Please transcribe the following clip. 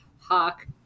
hawk